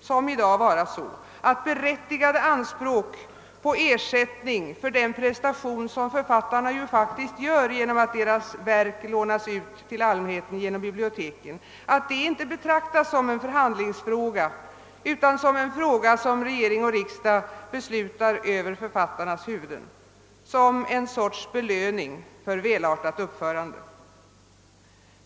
som i dag, hända att berättigade anspråk på ersättning för den prestation, som författarna faktiskt gör genom att deras verk lånas ut till allmänheten genom biblioteken, inte betraktas som en förhandlingsfråga utan en fråga som regering och riksdag beslutar över författarnas huvuden, som en sorts belöning för välartat uppförande.